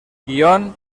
guion